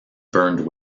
burned